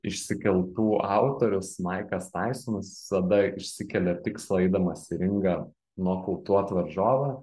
išsikeltų autorius maikas taisonas visada išsikelia tikslą eidamas į ringą nokautuot varžovą